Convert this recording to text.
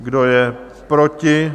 Kdo je proti?